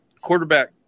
quarterback